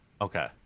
Okay